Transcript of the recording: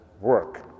work